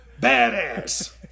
badass